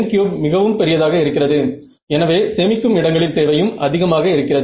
n3மிகவும் பெரிதாக இருக்கிறது எனவே சேமிக்கும் இடங்களின் தேவையும் அதிகமாக இருக்கிறது